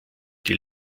die